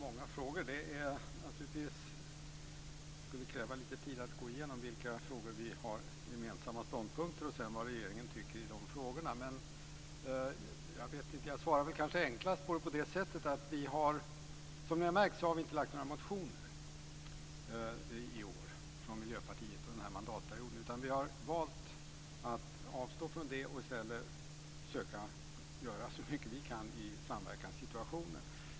Herr talman! Det skulle kräva lite tid att gå igenom i vilka frågor vi har gemensamma ståndpunkter och vad regeringen tycker i de frågorna. Jag svarar enklast på detta med följande. Som ni har märkt har vi i Miljöpartiet inte väckt några motioner i år. Vi har valt att avstå från det och i stället söka göra så mycket vi kan i samverkanssituationen.